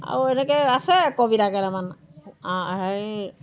আৰু এনেকৈ আছে কবিতা কেইটামান হেৰি